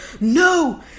no